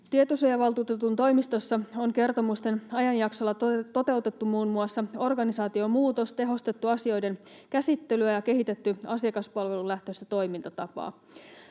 Tietosuojavaltuutetun toimistossa on kertomusten ajanjaksolla toteutettu muun muassa organisaatiomuutos, tehostettu asioiden käsittelyä ja kehitetty asiakaspalvelulähtöistä toimintatapaa.